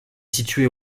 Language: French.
située